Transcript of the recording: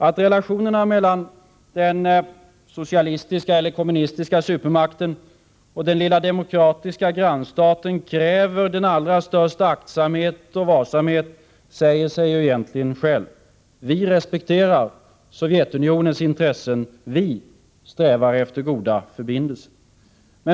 Att relationerna mellan den kommunistiska supermakten och den lilla demokratiska grannstaten kräver den allra största aktsamhet och varsamhet säger sig egentligen självt. Vi respekterar Sovjetunionens intressen. Vi strävar efter goda förbindelser.